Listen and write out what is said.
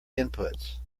inputs